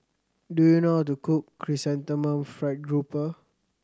do you know how to cook Chrysanthemum Fried Grouper